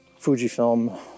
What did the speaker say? Fujifilm